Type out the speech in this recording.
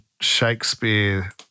Shakespeare